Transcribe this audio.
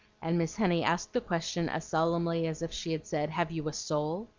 and miss henny asked the question as solemnly as if she had said, have you a soul?